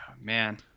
man